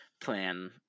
plan